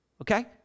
okay